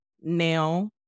now